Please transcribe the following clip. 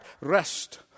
rest